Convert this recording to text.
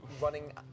running